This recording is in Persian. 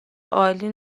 عالی